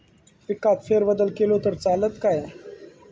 पिकात फेरबदल केलो तर चालत काय?